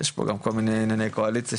יש כנס גדול של המאמנים עכשיו, בצפון.